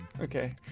Okay